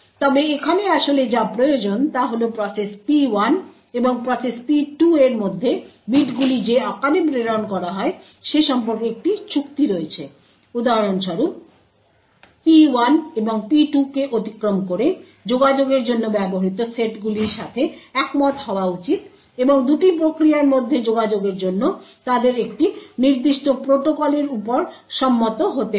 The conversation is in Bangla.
তবে এখানে আসলে যা প্রয়োজন তা হল প্রসেস P1 এবং প্রসেস P2 এর মধ্যে বিটগুলি যে আকারে প্রেরণ করা হয় সে সম্পর্কে একটি চুক্তি রয়েছে উদাহরণস্বরূপ P1 এবং P2 কে অতিক্রম করে যোগাযোগের জন্য ব্যবহৃত সেটগুলির সাথে একমত হওয়া উচিত এবং দুটি প্রক্রিয়ার মধ্যে যোগাযোগের জন্য তাদের একটি নির্দিষ্ট প্রোটোকলের উপর সম্মত হতে হবে